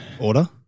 Order